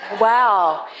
Wow